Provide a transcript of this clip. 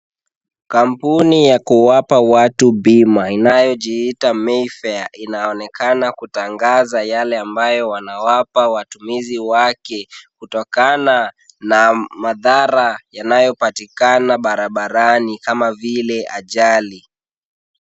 Kampuni ya kuwapa watu bima inayojiita Mayfair inaonekana kutangaza yale ambayo wanawapa watumizi wake kutokana na madhara yanayopatikana barabarani kama vile ajali.